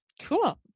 Cool